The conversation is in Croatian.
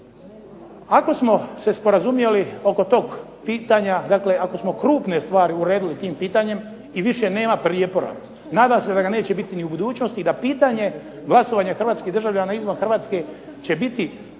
ako smo se sporazumjeli oko tog pitanja, dakle ako smo krupne stvari uredili tim pitanjem i više nema prijepora, nadam se da ga neće biti ni u budućnosti i da pitanje glasovanja hrvatskih državljana izvan Hrvatske će biti